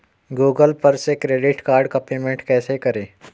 Google पर से credit card का पेमेंट कैसे करें?